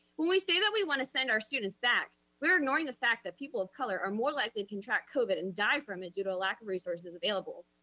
when we say that we want to send our students back, we're ignoring the fact that people of color are more likely to contract covid and die from it due to a lack of resources available.